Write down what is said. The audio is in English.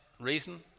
reason